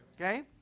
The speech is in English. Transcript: Okay